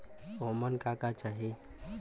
ओमन का का चाही?